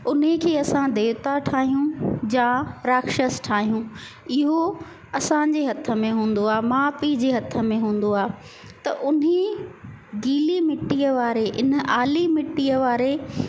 उन खे असां देवता ठाहियूं जा राक्षस ठाहियूं इहो असांजे हथ में हूंदो आहे माउ पीउ जे हथ में हूंदो आहे त उन ई गिली मिटीअ वारे इन आली मिटीअ वारे